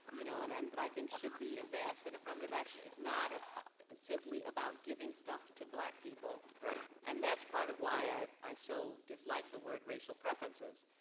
you know, and and that i think should be advanced, that affirmative action is not simply about giving stuff to black people. right. and that's part of why i i so dislike the word racial preferences.